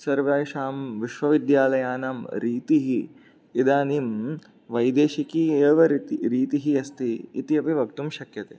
सर्वेषां विश्वविद्यालयानां रीतिः इदानीं वैदेशिकी एव रीतिः रीतिः अस्ति इति अपि वक्तुं शक्यते